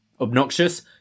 obnoxious